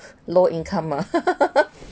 low income ah